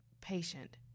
patient